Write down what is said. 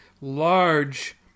large